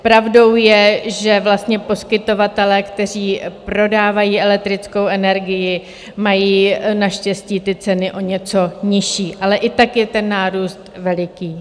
Pravdou je, že poskytovatelé, kteří prodávají elektrickou energii, mají naštěstí ty ceny o něco nižší, ale i tak je ten nárůst veliký.